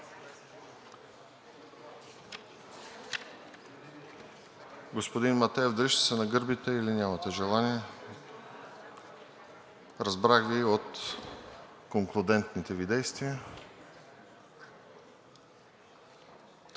Господин Матеев, дали ще се нагърбите, или нямате желание? Разбрах Ви от конклудентните Ви действия. Господин